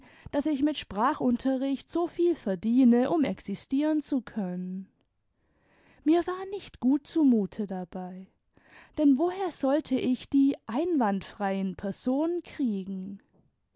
daß ich mit sprachunterricht so viel verdiene um existieren zu können mir war gar nicht gut zumute dabei denn woher sollte ich die einwandfreien personen kriegen